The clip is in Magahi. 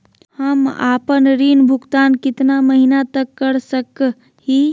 हम आपन ऋण भुगतान कितना महीना तक कर सक ही?